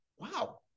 Wow